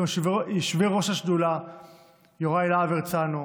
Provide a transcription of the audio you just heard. עם יושבי-ראש השדולה יוראי להב הרצנו,